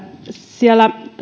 siellä